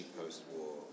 post-war